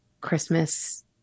Christmas